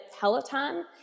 Peloton